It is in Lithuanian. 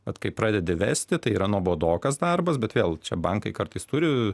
vat kai pradedi vesti tai yra nuobodokas darbas bet vėl čia bankai kartais turi